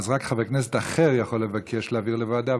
אז רק חבר כנסת אחר יכול לבקש להעביר לוועדה,